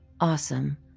awesome